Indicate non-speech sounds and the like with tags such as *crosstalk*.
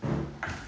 *noise*